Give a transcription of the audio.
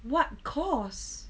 what course